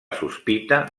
sospita